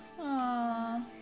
Aww